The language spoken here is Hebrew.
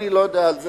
אני לא יודע על זה.